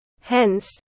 Hence